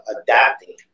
adapting